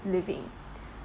living